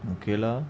okay lah